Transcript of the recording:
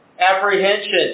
apprehension